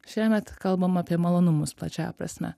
šiemet kalbam apie malonumus plačiąja prasme